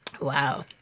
Wow